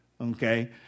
Okay